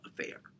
affair